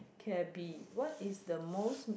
cabby what is the most